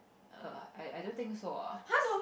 err I I don't think so ah